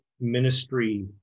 ministry